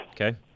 Okay